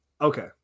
Okay